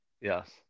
Yes